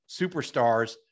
superstars